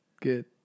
Good